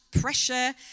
Pressure